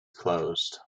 closed